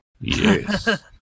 Yes